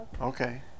Okay